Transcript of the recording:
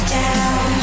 down